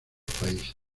países